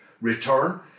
return